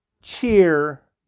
cheer